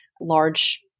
large